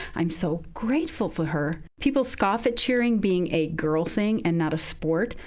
i'm so grateful for her. people scoff at cheering being a girl thing and not a sport,